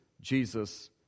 Jesus